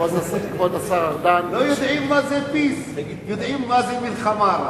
לא יודעים מה זה peace, יודעים מה זה "מלחמה".